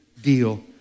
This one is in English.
deal